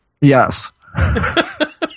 Yes